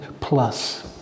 plus